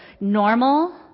normal